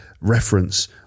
reference